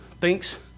thinks